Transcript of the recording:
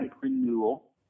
renewal